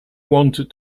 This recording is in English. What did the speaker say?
wanted